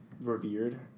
revered